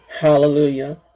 hallelujah